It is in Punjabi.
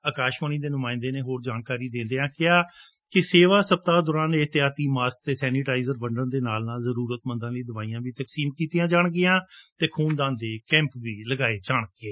ਅਕਾਸ਼ਵਾਣੀ ਦੇ ਨੁਮਾਇੰਦੇ ਨੇ ਹੋਰ ਜਾਣਕਾਰੀ ਦਿੰਦਿਆਂ ਕਿਹਾ ਕਿ ਸੇਵਾ ਸਪਤਾਹ ਦੌਰਾਨ ਏਹਤਿਆਤ ਮਾਸਕ ਅਤੇ ਸੈਨੀਟਾਈਜਰ ਵੰਡਣ ਦੇ ਨਾਲ ਨਾਲ ਜਰੁਰਤਮੰਦਾਂ ਲਈ ਦਵਾਈਆਂ ਵੀ ਤਕਸੀਮ ਕੀਤੀਆਂ ਜਾਣਗੀਆਂ ਅਤੇ ਖੁਨ ਦਾਨ ਕੈ'ਪ ਵੀ ਲਗਾਏ ਜਾਣਗੇ